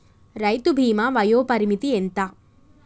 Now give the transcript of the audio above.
రైతు బీమా వయోపరిమితి ఎంత?